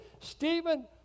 Stephen